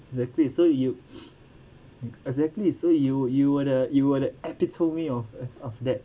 exactly so you exactly so you you were the you were the epitome of of that